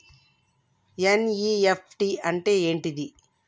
NEFT అంటే ఏంటిది?